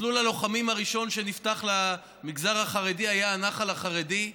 מסלול הלוחמים הראשון שנפתח למגזר החרדי היה הנח"ל החרדי,